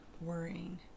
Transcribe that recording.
worrying